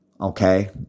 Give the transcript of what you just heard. Okay